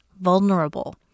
vulnerable